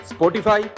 Spotify